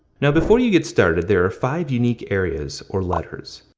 now before you get started, there are five unique areas, or letters.